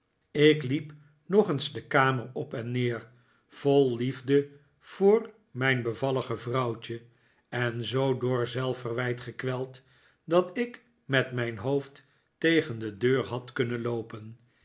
ik liep nog eens de kamer op en neer vol liefde voor mijn bevallige vrouwtje en zoo door zelfverwijt gekweld dat ik met mijn hoofd tegen de deur had kunnen loopen